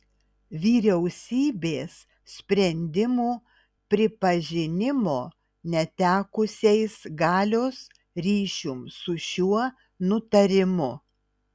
vyriausybės sprendimų pripažinimo netekusiais galios ryšium su šiuo nutarimu